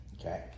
Okay